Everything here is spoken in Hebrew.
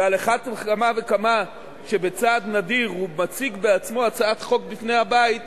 ועל אחת כמה וכמה כשבצעד נדיר הוא מציג בעצמו הצעת חוק בפני הבית,